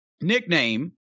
nickname